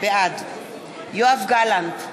בעד יואב גלנט,